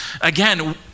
Again